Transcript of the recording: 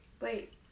Wait